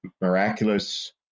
miraculous